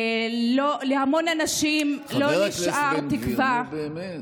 חבר הכנסת בן גביר, באמת.